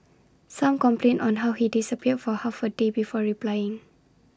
some complained on how he disappeared for half A day before replying